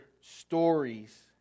stories